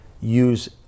use